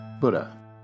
Buddha